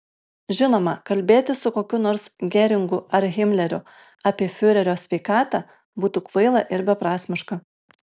žinoma kalbėti su kokiu nors geringu ar himleriu apie fiurerio sveikatą būtų kvaila ir beprasmiška